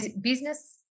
business